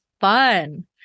fun